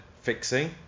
fixing